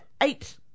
eight